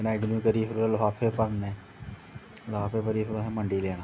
चुनाई करियै फिर ओह् ओह्दे लफाफे भरने ते लफाफे भरियै मंडी लेना